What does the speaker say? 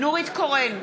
נורית קורן,